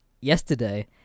yesterday